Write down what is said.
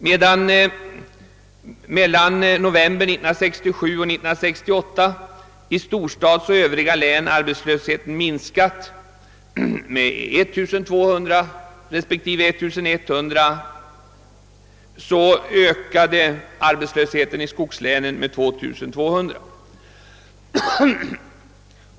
Medan arbetslösheten minskade i storstadslänen och övriga län med 1 200 respektive 1100 mellan november 1967 och november 1968, har den under samma period ökat med 2 200 i skogslänen.